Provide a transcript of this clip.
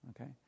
okay